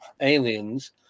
aliens